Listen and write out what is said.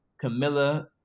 Camilla